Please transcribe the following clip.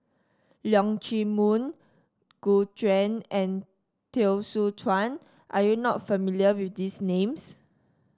Leong Chee Mun Gu Juan and Teo Soon Chuan are you not familiar with these names